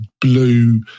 blue